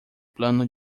plano